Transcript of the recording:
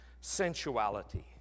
sensuality